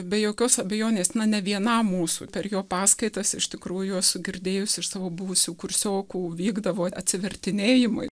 be jokios abejonės na ne vienam mūsų per jo paskaitas iš tikrųjų esu girdėjus iš savo buvusių kursiokų vykdavo atsivertinėjimai